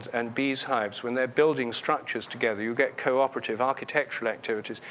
and bees' hives, when they're building structures together, you get cooperative architectural activities,